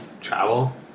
travel